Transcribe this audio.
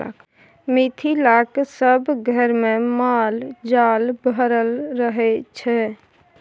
मिथिलाक सभ घरमे माल जाल भरल रहय छै